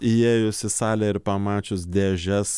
įėjus į salę ir pamačius dėžes